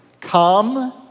Come